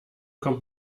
kommt